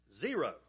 Zero